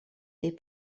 des